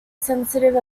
sensitive